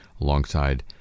alongside